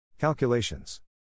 Calculations